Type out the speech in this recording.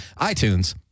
iTunes